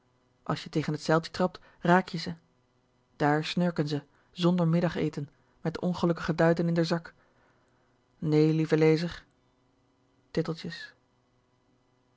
als je tegen het zeiltje trapt raak je ze daar snurken ze zonder middageten met de ongelukkige duiten in d'r zak nee lieve lezer